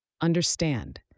Understand